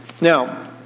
Now